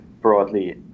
broadly